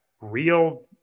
real